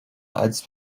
als